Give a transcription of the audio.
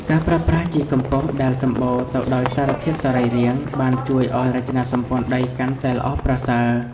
ការប្រើប្រាស់ជីកំប៉ុស្តដែលសម្បូរទៅដោយសារធាតុសរីរាង្គ បានជួយឱ្យរចនាសម្ព័ន្ធដីកាន់តែល្អប្រសើរ។